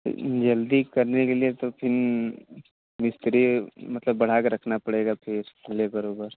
कोई चीज़ जल्दी करने के लिए तो फिर मिस्त्री मतलब बढ़ा कर रखना पड़ेगा फिर लेबर एबर